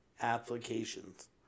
applications